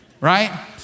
Right